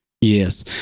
Yes